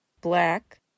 Black